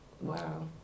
Wow